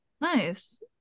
Nice